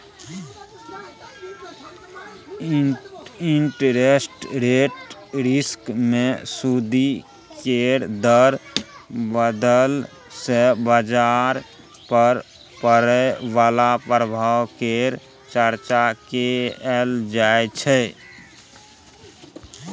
interest rate risk मे सूदि केर दर बदलय सँ बजार पर पड़य बला प्रभाव केर चर्चा कएल जाइ छै